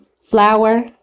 flour